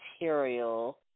material